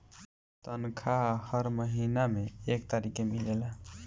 तनखाह हर महीना में एक तारीख के मिलेला